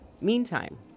Meantime